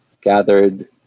gathered